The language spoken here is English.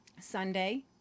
Sunday